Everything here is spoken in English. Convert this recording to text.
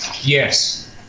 Yes